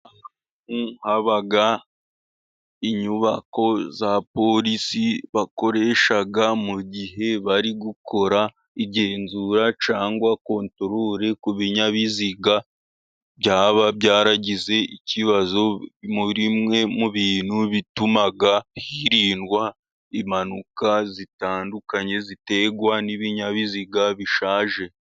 Habahoa inyubako za polisi bakoresha mu gihe bari gukora igenzura cyangwa kontorore ku binyabiziga byaba byaragize ikibazo muribimwe mu bintu bituma hirindwa impanuka zitandukanye ziterwan'ibinyabiziga bishaje.